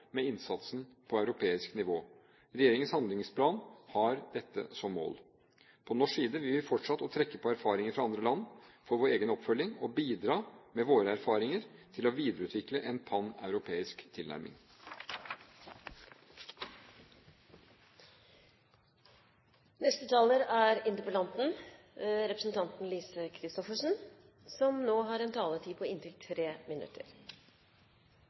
med innsatsen på europeisk nivå. Regjeringens handlingsplan har dette som mål. På norsk side vil vi fortsette å trekke på erfaringer fra andre land for vår egen oppfølging, og bidra med våre erfaringer til å videreutvikle en paneuropeisk tilnærming. Det er